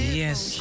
yes